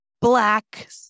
black